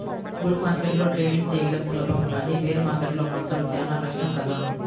bull మార్కెట్లో trading చెయ్యడం సులభం కానీ బేర్ మార్కెట్లో మాత్రం చానా కష్టం కదా